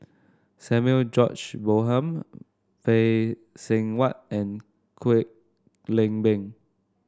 Samuel George Bonham Phay Seng Whatt and Kwek Leng Beng